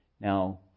Now